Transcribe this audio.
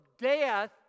death